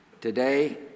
Today